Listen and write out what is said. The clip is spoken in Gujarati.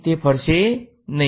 તે ફરશે નહી